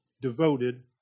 devoted